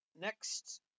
Next